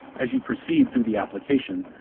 as you proceed through the application,